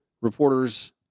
reporters